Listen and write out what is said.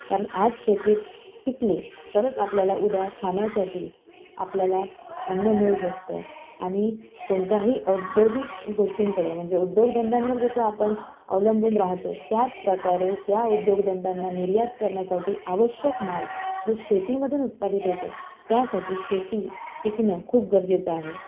कारण आज शेती टिकली तरच आपल्याला उद्या खाण्यासाठी आपल्याला अन्न मिळू शकतं आणि कोणत्याही औद्योगिक गोष्टींकडे म्हणजे उद्योगधंद्यांवर जसं आपण अवलंबून राहतो त्याच प्रकारे त्या उद्योगधंद्यांना निर्यात करण्यासाठी आवश्यक माल जो शेतीमधून उत्पादित होतो त्यासाठी शेती टिकणं खूप गरजेचं आहे